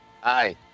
Hi